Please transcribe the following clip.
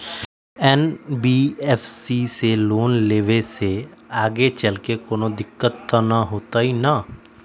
NBFC से loan लेबे से आगेचलके कौनो दिक्कत त न होतई न?